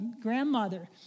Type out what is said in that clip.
grandmother